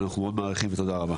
אנחנו מאוד מעריכים ותודה רבה.